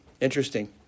interesting